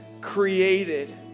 created